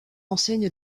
enseigne